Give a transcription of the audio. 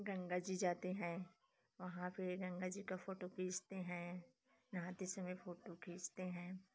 गंगा जी जाते हैं वहाँ पर गंगा जी का फ़ोटो खींचते हैं नहाते समय फ़ोटू खींचते हैं